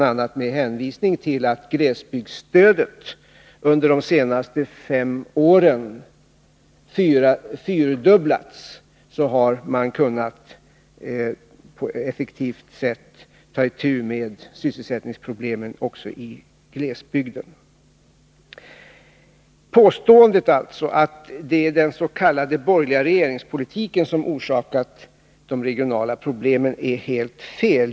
a. med hjälp av att glesbygdsstödet under de senaste fem åren har fyrdubblats har man kunnat på ett effektivt sätt ta itu med sysselsättningsproblemen också i glesbygden. Påståendet att det är den s.k. borgerliga regeringspolitiken som har orsakat de regionala problemen är helt felaktigt.